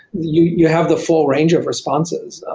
you you have the full range of responses.